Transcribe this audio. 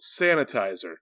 sanitizer